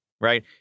Right